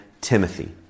Timothy